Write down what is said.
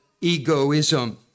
egoism